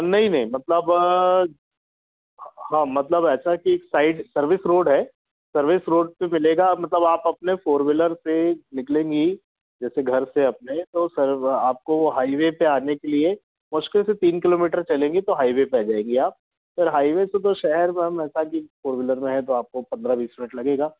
नहीं नहीं मतलब हाँ मतलब ऐसा है कि साइड सर्विस रोड है सर्विस रोड से मिलेगा मतलब आप अपने फ़ोर व्हीलर से निकलेंगी जैसे घर से अपने तो सर्व आपको हाइवे पर आने के लिए मुश्किल से तीन किलोमीटर चलेंगी तो हाइवे पर आ जाएंगी आप फिर हाइवे से बस शहर में हम ऐसा कि फ़ोर व्हीलर में हैं तो आपको पंद्रह बीस मिनट लगेगा